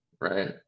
right